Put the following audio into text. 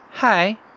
Hi